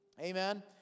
amen